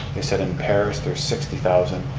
they said in paris there's sixty thousand.